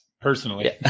personally